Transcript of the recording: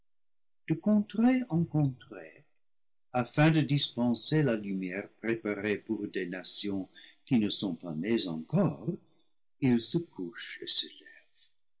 de contrée en contrée afin de dispenser la lumière préparée pour des nations qui ne sont pas nées encore ils se couchent et se lèvent